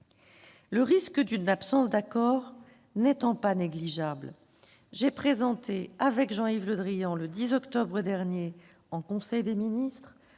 Le risque d'une absence d'accord n'étant pas négligeable, j'ai présenté avec Jean-Yves Le Drian, le 10 octobre dernier en conseil des ministres,